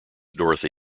dorothy